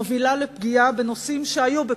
מוביל לפגיעה בנושאים שהיו בקונסנזוס,